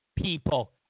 people